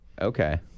Okay